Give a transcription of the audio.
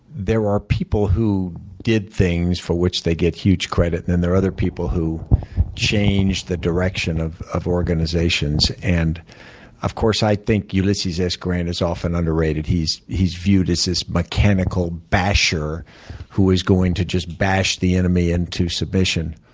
there are people who did things for which they get huge credit, and there are other people who change the direction of of organizations. and of course, i think ulysses s. grant is often underrated. he's he's viewed as this mechanical basher who is going to just bash the enemy into submission.